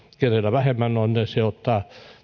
kenellä vähemmän on sille ottaa